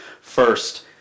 first